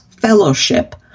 Fellowship